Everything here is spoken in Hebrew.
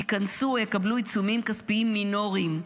או יקבלו עיצומים כספיים מינוריים.